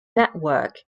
network